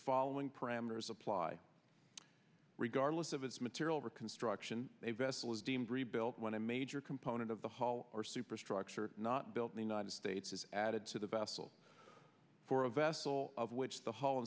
following parameters apply regardless of its material reconstruction a vessel is deemed rebuilt when a major component of the hall or superstructure not built in the united states is added to the vessel for a vessel of which the holl